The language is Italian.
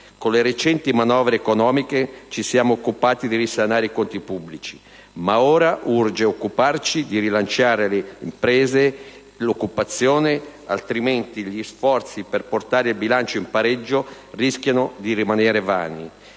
Con le recenti manovre economiche ci siamo occupati di risanare i conti pubblici, ma ora urge occuparci di rilanciare le imprese e l'occupazione, altrimenti gli sforzi per portare il bilancio in pareggio rischiano di rimanere vani.